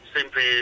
simply